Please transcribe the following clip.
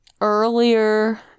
earlier